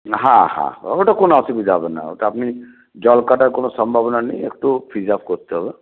হ্যাঁ হ্যাঁ ওটা কোন অসুবিধে হবে না ওটা আপনি জল কাটার কোন সম্ভাবনা নেই একটু প্রিসার্ভ করতে হবে